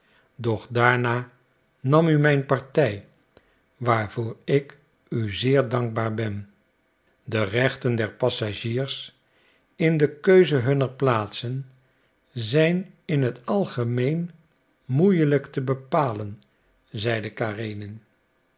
doch daarna nam u mijn partij waarvoor ik u zeer dankbaar ben de rechten der passagiers in de keuze hunner plaatsen zijn in het algemeen moeielijk te bepalen zeide